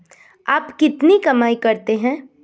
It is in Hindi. आप कितनी कमाई करते हैं?